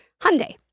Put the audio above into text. Hyundai